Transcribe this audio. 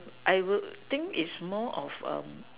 I would think is more of